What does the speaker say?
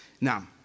Now